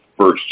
first